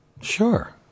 Sure